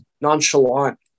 nonchalant